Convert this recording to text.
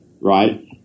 right